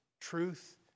truth